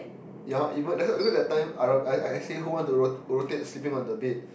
ya even that time I I actually who want to rotate sleeping on the bed